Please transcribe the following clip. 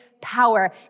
power